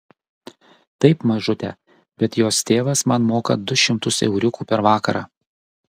taip mažute bet jos tėvas man moka du šimtus euriukų per vakarą